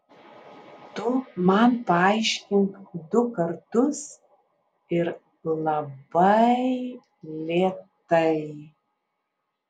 tu man paaiškink du kartus ir laba ai lėtai